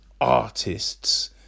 artists